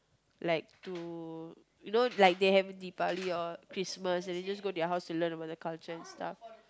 like to you know like they have Deepavali or Christmas and then just go their house to learn about the culture and stuff